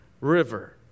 river